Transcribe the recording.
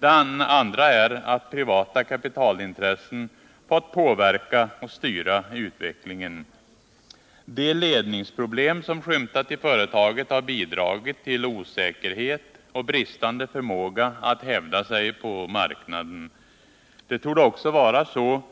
Den andra är att privata kapitalintressen fått påverka och styra utvecklingen. De ledningsproblem som skymtat i företaget har bidragit till osäkerhet och bristande förmåga att hävda sig på marknaden. Det torde också vara så,